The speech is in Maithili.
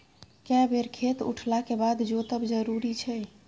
के बेर खेत उठला के बाद जोतब जरूरी छै?